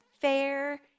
fair